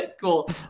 Cool